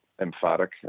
emphatic